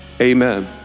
Amen